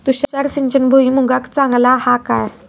तुषार सिंचन भुईमुगाक चांगला हा काय?